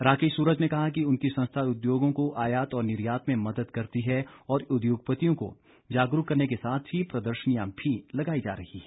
राकेश सूरज ने कहा कि उनकी संस्था उद्योगों को आयात और निर्यात में मदद करती है और उद्योगपतियों को जागरूक करने के साथ ही प्रदर्शननियां भी लगाई जा रही हैं